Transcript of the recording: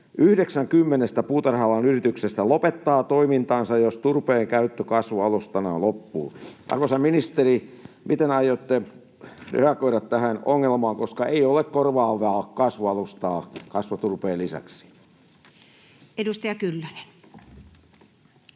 puutarha-alan yrityksestä lopettaa toimintansa, jos turpeen käyttö kasvualustana loppuu. Arvoisa ministeri, miten aiotte reagoida tähän ongelmaan, koska ei ole korvaavaa kasvualustaa kasvuturpeen lisäksi? Edustaja Kyllönen.